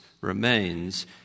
remains